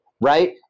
right